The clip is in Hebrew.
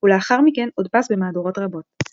ולאחר מכן הודפס במהדורות רבות.